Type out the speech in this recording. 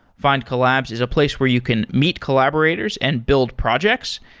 findcollabs is a place where you can meet collaborators and build projects.